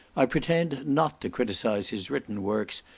i pretend not to criticise his written works,